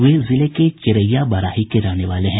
वे जिले के चिरैया बराही के रहने वाले हैं